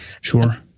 Sure